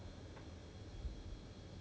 没有好像没有东西讲 leh